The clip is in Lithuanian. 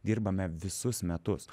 dirbame visus metus